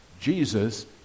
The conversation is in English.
Jesus